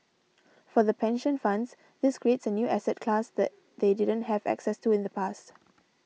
for the pension funds this creates a new asset class that they didn't have access to in the past